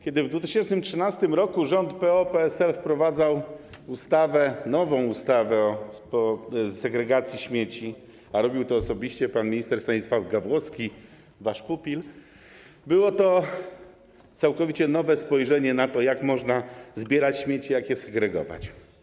Kiedy w 2013 r. rząd PO-PSL wprowadzał nową ustawę o segregacji śmieci, a robił to osobiście pan minister Stanisław Gawłowski, wasz pupil, było to całkowicie nowe spojrzenie na to, jak można zbierać śmieci, jak je segregować.